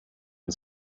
and